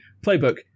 playbook